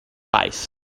base